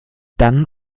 dann